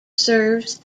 serves